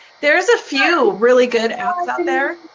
there's a few really good apps out there.